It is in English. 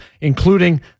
including